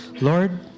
Lord